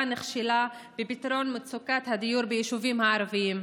נכשלה בפתרון מצוקת הדיור ביישובים הערביים.